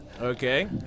Okay